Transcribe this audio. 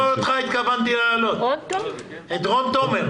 לא אותך התכוונתי להעלות, אלא את רון תומר.